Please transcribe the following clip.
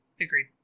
Agreed